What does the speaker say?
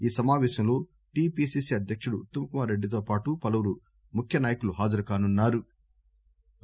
ఈ సమాపేశంలో టిపిసిసి అధ్యకుడు ఉత్తమ్ కుమార్ రెడ్డితోపాటు పలువురు ముఖ్యనాయకులు హాజరుకానున్నా రు